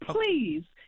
please